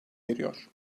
eriyor